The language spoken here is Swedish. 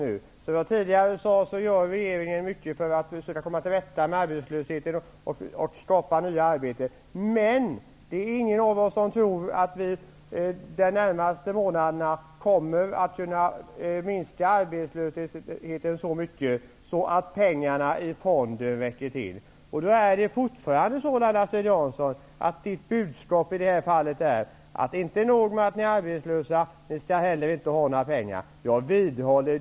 Som jag sade tidigare, gör regeringen mycket för att försöka komma till rätta med arbetslösheten och skapa nya arbeten, men det är ingen av oss som tror att vi de närmaste månaderna kommer att kunna minska arbetslösheten så mycket att pengarna i fonden räcker till. Då är Laila Strid-Janssons budskap fortfarande att det inte är nog med att människor är arbetslösa, de skall inte ha några pengar heller.